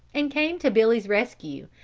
and came to billy's rescue,